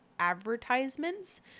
Advertisements